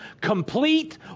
complete